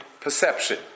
perception